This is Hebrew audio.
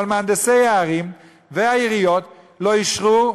אבל מהנדסי הערים והעיריות לא אישרו,